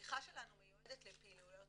התמיכה שלנו מיועדת לפעילויות